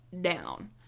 down